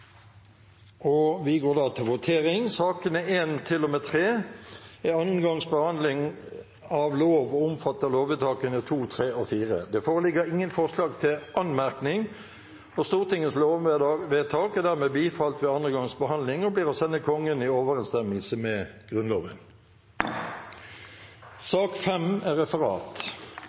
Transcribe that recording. og gjelder lovvedtakene 2, 3 og 4. Det foreligger ingen forslag til anmerkning. Stortingets lovvedtak er dermed bifalt ved andre gangs behandling og blir å sende Kongen i overensstemmelse med Grunnloven.